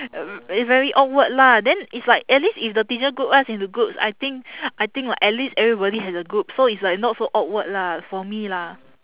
uh i~ very awkward lah then it's like at least if the teacher group us into groups I think I think uh at least everybody has a group so it's like not so awkward lah for me lah